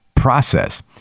process